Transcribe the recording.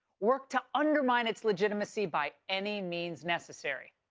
work to undermine its legitimacy by any means necessary.